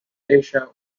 asia